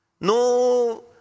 No